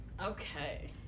Okay